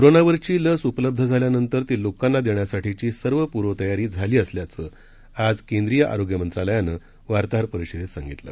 कोरोनावरची लस उपलब्ध झाल्यानंतर ती लोकांना देण्यासाठीची सर्व पूर्वतयारी झाली असल्याचं आज आरोग्य मंत्रालयानं वार्ताहर परिषदेत सांगितलं